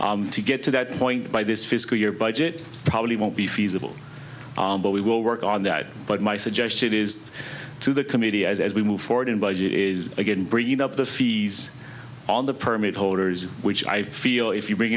to get to that point by this fiscal year budget probably won't be feasible but we will work on that but my suggestion is to the committee as we move forward in budget is again bringing up the fees on the permit holders which i feel if you bring